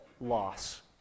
loss